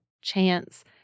chance